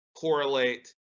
correlate